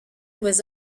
was